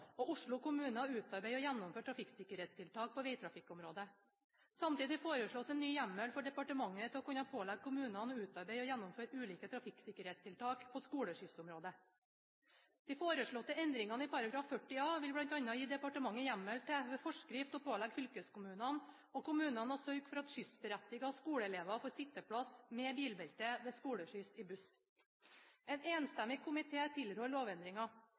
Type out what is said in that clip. og Oslo kommune å utarbeide og gjennomføre trafikksikkerhetstiltak på veitrafikkområdet. Samtidig foreslås en ny hjemmel for departementet til å kunne pålegge kommunene å utarbeide og gjennomføre ulike trafikksikkerhetstiltak på skoleskyssområdet De foreslåtte endringene i § 40a vil bl.a. gi departementet hjemmel til ved forskrift å pålegge fylkeskommunene og kommunene å sørge for at skyssberettigede skoleelever får sitteplass med bilbelte ved skoleskyss i buss. En enstemmig